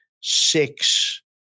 six